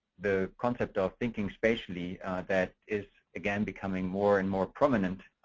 the concept of thinking spatially that is again becoming more and more prominent.